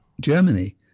germany